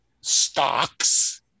stocks